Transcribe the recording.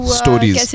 stories